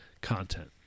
content